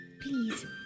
Please